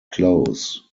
close